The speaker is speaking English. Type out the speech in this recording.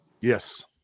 Yes